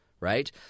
Right